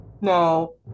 No